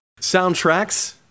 soundtracks